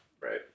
Right